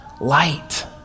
light